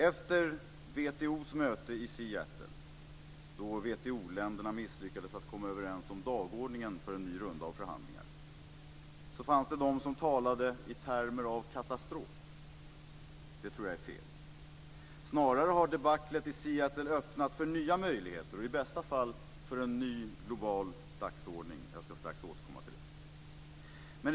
Efter WTO:s möte i Seattle, då WTO-länderna misslyckades att komma överens om dagordningen för en ny runda av förhandlingar, fanns det de som talade i termer av katastrof. Det tror jag är fel. Snarare har debaclet i Seattle öppnat för nya möjligheter, i bästa fall för en ny global dagordning. Jag ska strax återkomma till det.